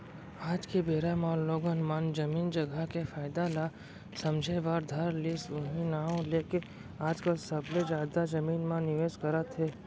आज के बेरा म लोगन मन जमीन जघा के फायदा ल समझे बर धर लिस उहीं नांव लेके आजकल सबले जादा जमीन म निवेस करत हे